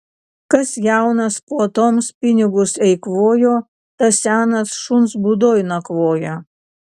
kas jaunas puotoms pinigus eikvojo tas senas šuns būdoj nakvoja